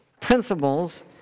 principles